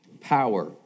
Power